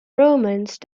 romance